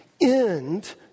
end